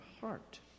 heart